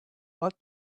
what